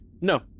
No